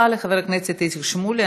תודה רבה לחבר הכנסת איציק שמולי.